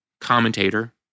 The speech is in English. commentator